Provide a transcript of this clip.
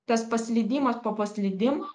tas paslydimas po paslydimo